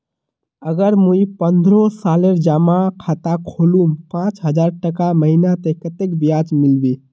अगर मुई पन्द्रोह सालेर जमा खाता खोलूम पाँच हजारटका महीना ते कतेक ब्याज मिलबे?